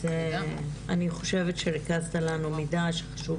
אני חושבת שריכזת לנו מידע שהוא חשוב